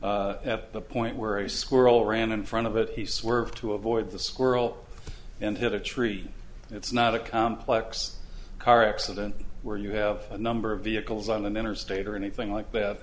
car at the point where a squirrel ran in front of it he swerved to avoid the squirrel and hit a tree it's not a complex car accident where you have a number of vehicles on the interstate or anything like that